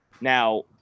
Now